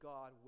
God